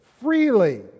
freely